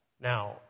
Now